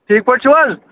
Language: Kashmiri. ٹھیٖک پٲٹھۍ چھُوحظ